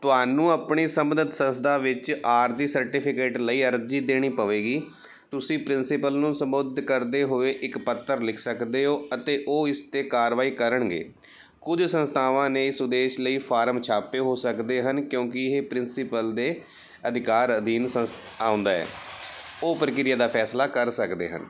ਤੁਹਾਨੂੰ ਆਪਣੀ ਸਬੰਧਤ ਸੰਸਥਾ ਵਿੱਚ ਆਰਜ਼ੀ ਸਰਟੀਫਿਕੇਟ ਲਈ ਅਰਜ਼ੀ ਦੇਣੀ ਪਵੇਗੀ ਤੁਸੀਂ ਪ੍ਰਿੰਸੀਪਲ ਨੂੰ ਸੰਬੋਧਿਤ ਕਰਦੇ ਹੋਏ ਇੱਕ ਪੱਤਰ ਲਿਖ ਸਕਦੇ ਹੋ ਅਤੇ ਉਹ ਇਸ 'ਤੇ ਕਾਰਵਾਈ ਕਰਨਗੇ ਕੁਝ ਸੰਸਥਾਵਾਂ ਨੇ ਇਸ ਉਦੇਸ਼ ਲਈ ਫਾਰਮ ਛਾਪੇ ਹੋ ਸਕਦੇ ਹਨ ਕਿਉਂਕਿ ਇਹ ਪ੍ਰਿੰਸੀਪਲ ਦੇ ਅਧਿਕਾਰ ਅਧੀਨ ਸੰਸ ਆਉਂਦਾ ਹੈ ਉਹ ਪ੍ਰਕਿਰਿਆ ਦਾ ਫੈਸਲਾ ਕਰ ਸਕਦੇ ਹਨ